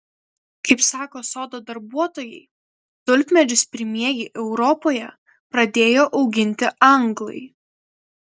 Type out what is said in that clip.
kaip sako sodo darbuotojai tulpmedžius pirmieji europoje pradėjo auginti anglai